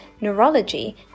neurology